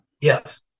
Yes